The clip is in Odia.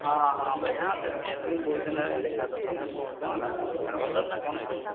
ହଁ ହଁ ଭାଇ ତୁମର ତ କାହିଁ ବହୁତ୍ ଦିନ ହେଲାଣି ଦେଖା ଦର୍ଶନ ନାହିଁ କ'ଣ ହେଇଛି